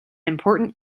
important